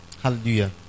Hallelujah